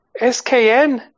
SKN